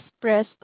press